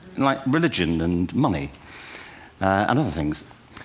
like religion and money and other things.